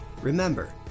Remember